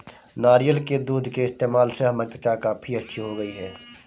नारियल के दूध के इस्तेमाल से हमारी त्वचा काफी अच्छी हो गई है